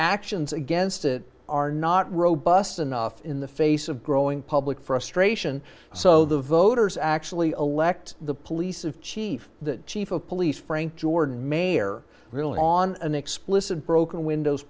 actions against it are not robust enough in the face of growing public frustration so the voters actually elect the police of chief the chief of police frank jordan mayor really on an explicit broken windows